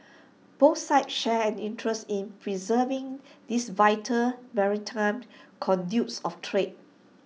both sides share an interest in preserving these vital maritime conduits of trade